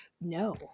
No